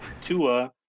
Tua